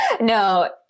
No